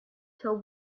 till